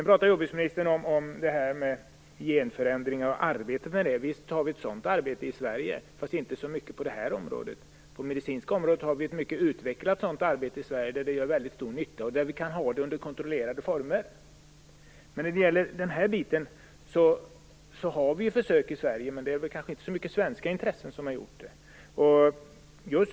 Jordbruksministern pratade om arbetet med genförändringar. Visst har vi ett sådant arbete i Sverige, fast inte så mycket på det här området. På det medicinska området har vi ett mycket utvecklat sådant arbete i Sverige, där det gör väldigt stor nytta och där vi kan ha det under kontrollerade former. När det gäller det här området har vi försök i Sverige, just på raps och sockerbetor. Men det är kanske inte så många svenska intressen som har varit med.